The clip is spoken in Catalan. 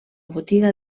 botiga